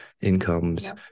incomes